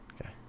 Okay